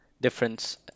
difference